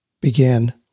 began